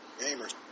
gamers